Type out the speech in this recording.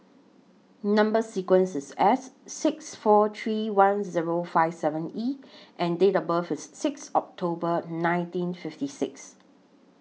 Number sequence IS S six four three one Zero five seven E and Date of birth IS Sixth October nineteen fifty six